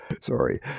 sorry